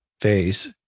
phase